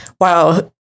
wow